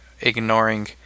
ignoring